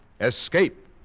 Escape